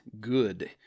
good